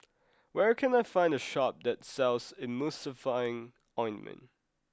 where can I find a shop that sells Emulsying Ointment